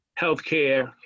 healthcare